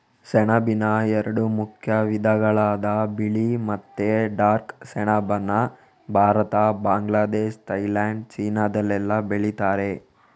ಸೆಣಬಿನ ಎರಡು ಮುಖ್ಯ ವಿಧಗಳಾದ ಬಿಳಿ ಮತ್ತೆ ಡಾರ್ಕ್ ಸೆಣಬನ್ನ ಭಾರತ, ಬಾಂಗ್ಲಾದೇಶ, ಥೈಲ್ಯಾಂಡ್, ಚೀನಾದಲ್ಲೆಲ್ಲ ಬೆಳೀತಾರೆ